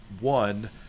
one